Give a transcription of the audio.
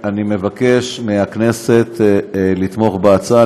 אני מבקש מהכנסת לתמוך בהצעה,